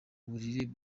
buriri